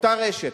אותה רשת.